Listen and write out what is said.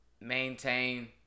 Maintain